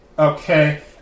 Okay